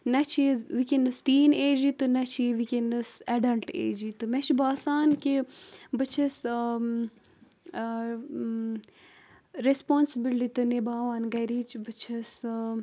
نہ چھِ یہِ وٕنکٮٚنَس ٹیٖن ایجی تہٕ نہ چھِ یہِ وٕنکٮٚنَس اٮ۪ڈَلٹ ایجی تہٕ مےٚ چھُ باسان کہِ بہٕ چھَس ریسپانسِبلٹی تہِ نِباوان گَرِچ بہٕ چھَس